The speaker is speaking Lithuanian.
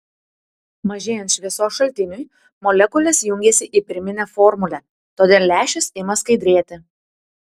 mažėjant šviesos šaltiniui molekulės jungiasi į pirminę formulę todėl lęšis ima skaidrėti